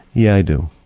yeah, i do.